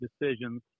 decisions